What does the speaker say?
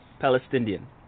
Palestinian